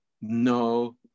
No